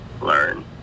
learn